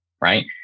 right